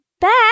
back